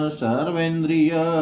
sarvendriya